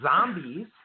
zombies